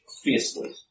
Fiercely